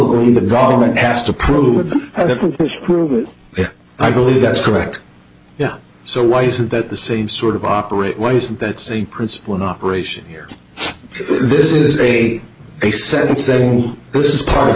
when the government has to prove it and that is i believe that's correct yeah so why isn't that the same sort of operate why isn't that same principle in operation here this is a a sentencing this is part of